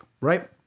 right